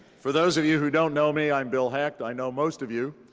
for those of you who don't know me, i'm bill hecht. i know most of you.